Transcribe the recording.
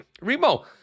Remo